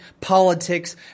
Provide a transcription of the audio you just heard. politics